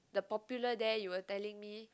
the Popular there you were telling me